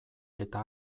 eta